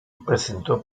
presentó